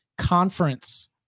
Conference